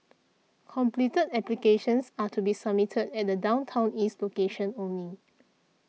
completed applications are to be submitted at the Downtown East location only